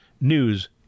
news